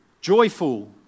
joyful